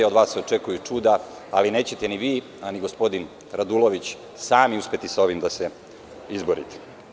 Od vas se očekuju čuda, ali nećete ni vi, a ni gospodin Radulović sami uspeti sa ovim da se izborite.